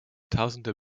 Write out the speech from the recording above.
tausende